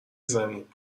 زمین